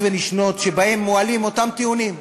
ונשנות שבהן מועלים אותם טיעונים.